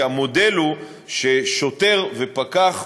כי המודל הוא ששוטר ופקח